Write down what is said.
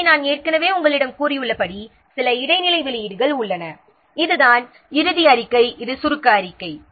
எனவே நான் ஏற்கனவே உங்களிடம் கூறியுள்ளபடி சில இடைநிலை வெளியீடுகள் உள்ளன அதுதான் இறுதி அறிக்கை இது சுருக்க அறிக்கை